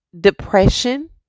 depression